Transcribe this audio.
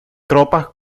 tropas